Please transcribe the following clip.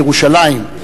בירושלים.